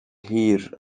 hir